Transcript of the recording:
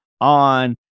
on